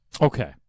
Okay